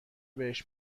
بهش